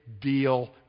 deal